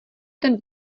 ten